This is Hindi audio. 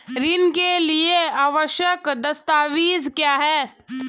ऋण के लिए आवश्यक दस्तावेज क्या हैं?